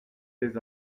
tes